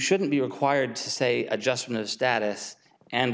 shouldn't be required to say adjustment of status and